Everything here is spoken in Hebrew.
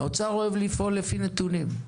האוצר אוהב לפעול לפי נתונים.